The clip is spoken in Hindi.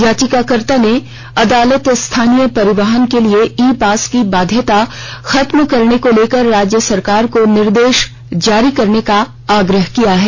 याचिकाकर्ता ने अदालत स्थानीय परिवहन के लिए ई पास की बाध्यता खत्म करने को लेकर राज्य सरकार को निर्देश जारी करने का आग्रह किया है